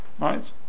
Right